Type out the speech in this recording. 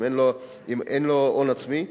אם אין לו הון עצמי.